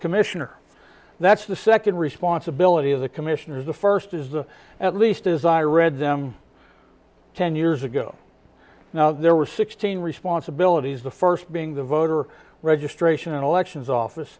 commissioner that's the second responsibility of the commissioners the first is the at least as i read them ten years ago now there were sixteen responsibilities the first being the voter registration and elections office